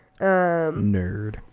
Nerd